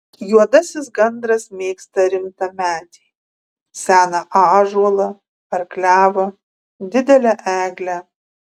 juodasis gandras mėgsta rimtą medį seną ąžuolą ar klevą didelę eglę